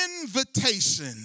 invitation